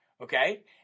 Okay